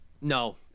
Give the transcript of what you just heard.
No